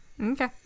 Okay